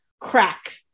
crack